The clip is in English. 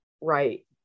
Right